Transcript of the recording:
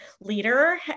leader